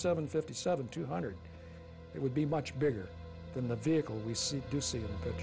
seven fifty seven two hundred it would be much bigger than the vehicle we see to see